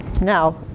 Now